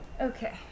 Okay